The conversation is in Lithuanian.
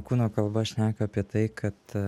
kūno kalba šneka apie tai kad